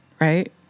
right